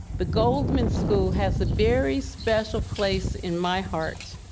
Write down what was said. the goldman school has a very special place in my heart.